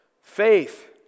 faith